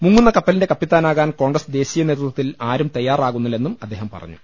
മുങ്ങുന്ന ക്പ്പലിൻരെ കപ്പ ലിന്റെ കപ്പിത്താനാകാൻ കോൺഗ്രസ് ദേശീയ നേതൃ ത്വത്തിൽ ആരും തയ്യാറാകുന്നില്ലെന്നും അദ്ദേഹം പറ ഞ്ഞു